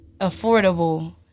affordable